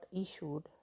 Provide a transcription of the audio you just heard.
issued